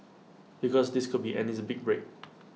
because this could be Andy's big break